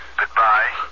Goodbye